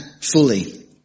fully